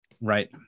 Right